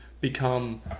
become